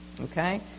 okay